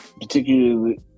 particularly